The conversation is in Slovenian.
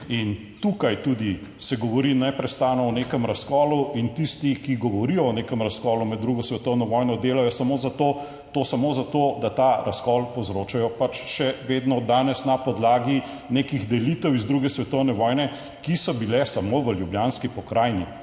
in tukaj tudi se govori neprestano o nekem razkolu in tisti, ki govorijo o nekem razkolu med drugo svetovno vojno, delajo samo za to samo zato, da ta razkol povzročajo pač še vedno danes na podlagi nekih delitev iz druge svetovne vojne, ki so bile samo v ljubljanski pokrajini,